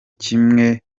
kimwe